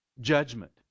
judgment